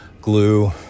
glue